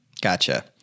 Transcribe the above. Gotcha